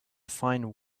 find